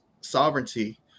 sovereignty